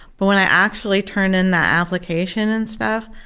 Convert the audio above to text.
but when i actually turned in that application and stuff,